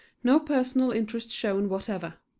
no personal interest shown whatever.